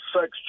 sex